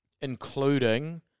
including